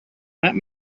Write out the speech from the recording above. that